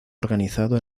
organizado